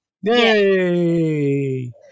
Yay